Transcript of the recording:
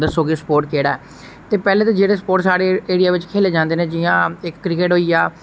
दस्सो कि सपोट केहडा ऐ ते पैहलें ते जेहडे स्पोर्ट साढ़े ऐरिया दे बिच खैले जंदे ना जियां इक क्रिकेट होई गेआ